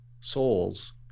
souls